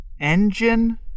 Engine